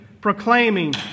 proclaiming